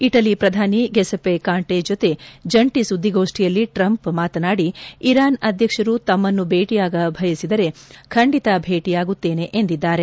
Italy ಪ್ರಧಾನಿ Giuseppe Conte ಜೊತೆ ಜಂಟಿ ಸುದ್ದಿಗೋಷ್ಠಿಯಲ್ಲಿ ಟ್ರಂಪ್ ಮಾತನಾಡಿ ಇರಾನ್ ಅಧ್ಯಕ್ಷರು ತಮ್ಮನ್ನು ಭೇಟಿಯಾಗ ಬಯಸಿದರೆ ಖಂಡಿತ ಭೇಟಿಯಾಗುತ್ತೇನೆ ಎಂದಿದ್ದಾರೆ